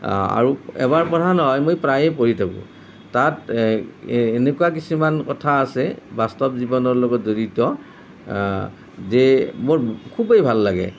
আৰু এবাৰ পঢ়া নহয় আমি প্ৰায়েই পঢ়ি থাকোঁ তাত এনেকুৱা কিছুমান কথা আছে বাস্তৱ জীৱনৰ লগত জড়িত যে মোৰ খুবেই ভাল লাগে